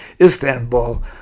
Istanbul